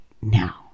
now